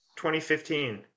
2015